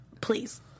please